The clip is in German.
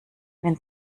wenn